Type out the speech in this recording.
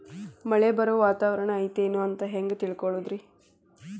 ಮಳೆ ಬರುವ ವಾತಾವರಣ ಐತೇನು ಅಂತ ಹೆಂಗ್ ತಿಳುಕೊಳ್ಳೋದು ರಿ?